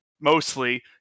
mostly